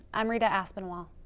i'm rita aspinwall.